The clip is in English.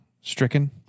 stricken